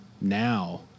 now